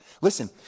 Listen